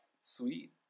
Sweet